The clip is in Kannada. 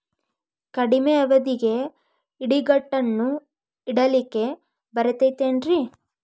ಕಡಮಿ ಅವಧಿಗೆ ಇಡಿಗಂಟನ್ನು ಇಡಲಿಕ್ಕೆ ಬರತೈತೇನ್ರೇ?